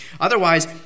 Otherwise